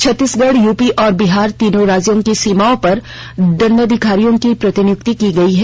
Chhattisgarh UP और बिहार तीनों राज्यों की सीमाओं पर दण्डाधिकारियों की प्रतिनियुक्ति की गयी है